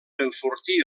enfortir